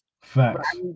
Facts